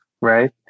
right